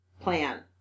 plan